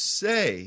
say